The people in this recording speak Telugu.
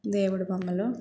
దేవుడు బొమ్మలు